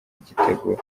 igitego